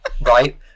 right